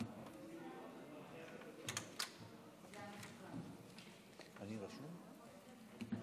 בשעות האחרונות יש רחש-בחש, אני